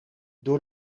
door